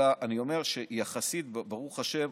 אלא אני אומר שיחסית, ברוך השם,